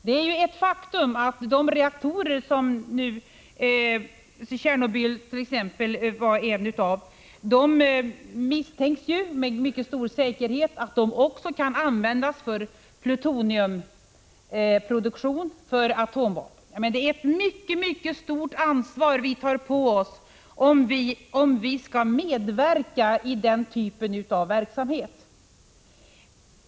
Det är ett faktum att sådana reaktorer som Tjernobylreaktorn med stor säkerhet misstänks kunna användas för plutoniumproduktion för atomvapen. Vi tar på oss ett mycket stort ansvar om vi skall medverka i den typen av verksamhet.